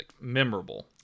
memorable